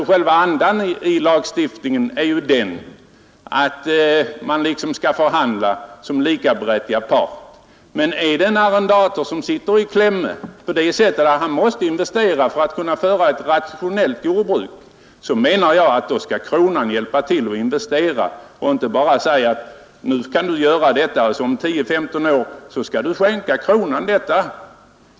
Själva andan i lagstiftningen är ju att man skall förhandla som likaberättigade parter. Men om en arrendator måste investera för att kunna driva ett rationellt jordbruk skall kronan hjälpa till med investeringarna och inte bara säga: Nu skall du investera och om 10—15 år skall du skänka kronan detta.